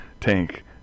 tank